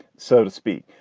so to speak.